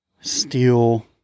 steel